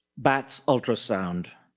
bats ultrasound.